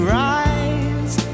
rise